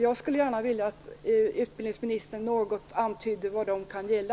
Jag skulle gärna vilja att utbildningsministern antydde något om vad de kan gälla.